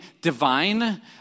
divine